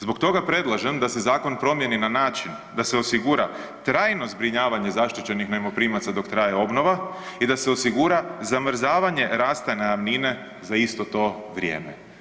Zbog toga predlažem da se zakon promijeni na način da se osigura trajno zbrinjavanje zaštićenih najmoprimaca dok traje obnova i da se osigura zamrzavanja rasta najamnine za isto to vrijeme.